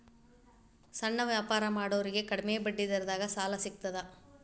ಸಣ್ಣ ವ್ಯಾಪಾರ ಮಾಡೋರಿಗೆ ಕಡಿಮಿ ಬಡ್ಡಿ ದರದಾಗ್ ಸಾಲಾ ಸಿಗ್ತದಾ?